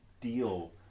deal